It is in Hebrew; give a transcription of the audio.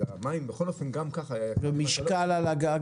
אז המים בכל אופן --- ומשקל על הגג,